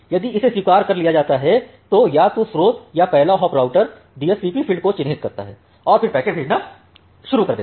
यदि इसे स्वीकार कर लिया जाता है तो या तो स्रोत या पहला हॉप राउटर DSCP फ़ील्ड को चिह्नित करता है और फिर पैकेट भेजना शुरू कर देगा